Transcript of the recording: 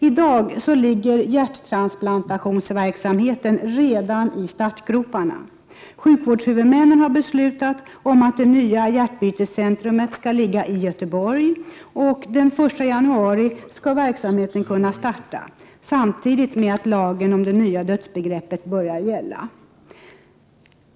I dag ligger hjärttransplantationsverksamheten redan i startgroparna. Sjukvårdshuvudmännen har beslutat om att det nya hjärtbytescentrumet skall ligga i Göteborg. Den 1 januari skall verksamheten kunna starta, samtidigt med att lagen om det nya dödsbegreppet börjar gälla.